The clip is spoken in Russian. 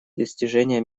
достижения